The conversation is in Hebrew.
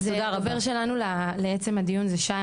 אז חבר שלנו לעצם הדיון זה שי,